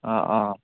অঁ অঁ